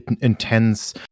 intense